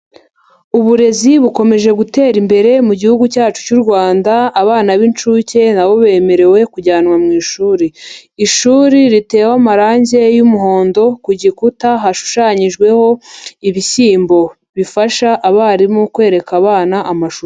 Uburezi bukomeje gutera imbere mu gihugu cyacu cy'u Rwanda, abana b'incuke nabo bemerewe kujyanwa mu ishuri, ishuri ritewe amarange y'umuhondo ku gikuta hashushanyijweho ibishyimbo, bifasha abarimu kwereka abana amashusho.